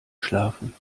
schlafen